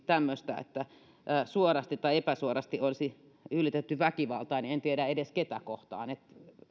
tämmöistä että suorasti tai epäsuorasti olisi yllytetty väkivaltaan enkä tiedä edes ketä kohtaan